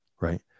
right